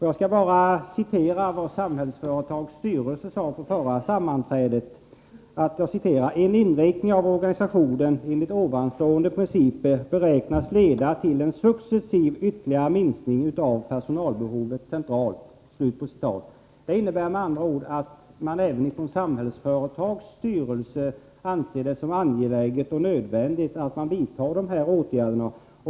Jag skall bara citera vad Samhällsföretags styrelse sade på förra sammanträdet: ”En inriktning av organisationen enligt ovanstående principer beräknas leda till en successiv ytterligare minskning av personalbehovet centralt.” Det innebär att även Samhällsföretags styrelse anser det angeläget och nödvändigt att vidta de här åtgärderna.